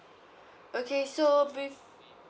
okay so be~